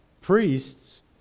priests